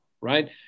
right